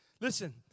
Listen